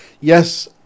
yes